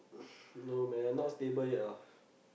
no man not stable yet ah